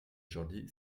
jordi